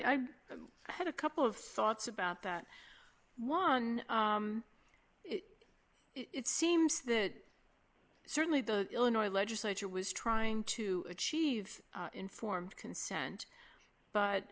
i've had a couple of thoughts about that one it seems that certainly the illinois legislature was trying to achieve informed consent but